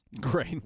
Great